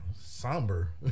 Somber